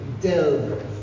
delve